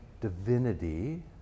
divinity